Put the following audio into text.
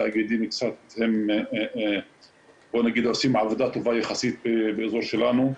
התאגידים עושים עבודה טובה יחסית באזור שלנו.